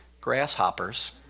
grasshoppers